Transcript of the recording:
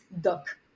duck